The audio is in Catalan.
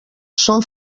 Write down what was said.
són